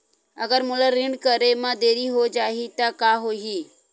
अगर मोला ऋण करे म देरी हो जाहि त का होही?